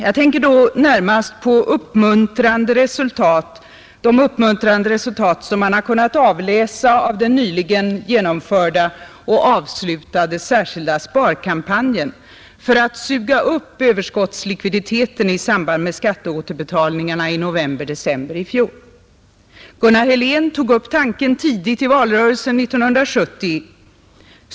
Jag tänker då närmast på de uppmuntrande resultat som man har kunnat avläsa av den nyligen genomförda och avslutade särskilda sparkampanjen för att suga upp överskottslikviditeten i samband med skatteåterbetalningarna i november—december i fjol. Gunnar Helén tog upp den tanken tidigt i valrörelsen 1970.